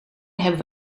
hebben